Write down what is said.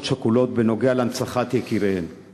שכולות בנוגע להנצחת זכרם של יקיריהן.